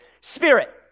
spirit